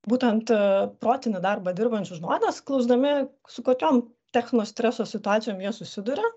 būtent protinį darbą dirbančius žmones klausdami su kokiom techno streso situacijom jie susiduria